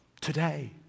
today